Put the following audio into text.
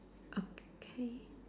okay